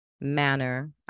manner